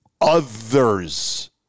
others